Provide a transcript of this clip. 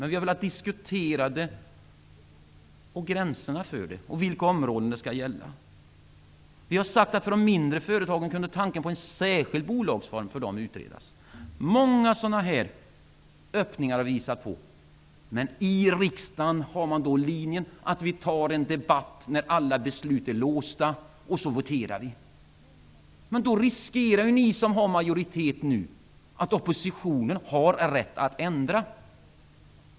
Vi vill diskutera den frågan när det gäller gränser och vilka områden som blir aktuella. För de mindre företagen kunde tanken på en särskild bolagsform utredas. Det finns många sådana här öppningar att visa på. Men i riksdagen gäller linjen: Vi tar en debatt när alla beslut är låsta. Sedan voterar vi. Men då riskerar ni som nu är i majoritet att oppositionen har rätt att ändra.